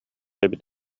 эбит